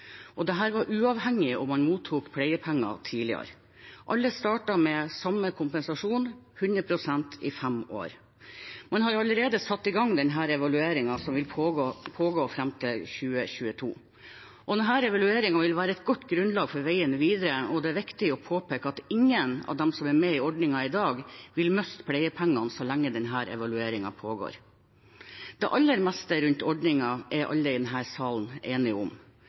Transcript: uavhengig om man mottok pleiepenger tidligere. Alle startet med samme kompensasjon: 100 pst. i fem år. Man har allerede satt i gang evalueringen, som vil pågå fram til 2022. Denne evalueringen vil være et godt grunnlag for veien videre, og det er viktig å påpeke at ingen av dem som er med i ordningen i dag, vil miste pleiepengene så lenge evalueringen pågår. Det aller meste rundt ordningen er alle i denne salen enige om.